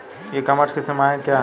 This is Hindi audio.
ई कॉमर्स की सीमाएं क्या हैं?